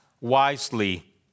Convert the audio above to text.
wisely